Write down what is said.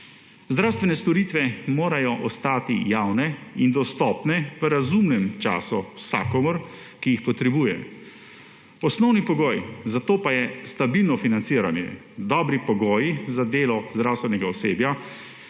Zdravstvene storitve morajo ostati javne in dostopne v razumnem času vsakomur, ki jih potrebuje. Osnovni pogoj za to pa je stabilno financiranje, dobri pogoji za delo zdravstvenega osebja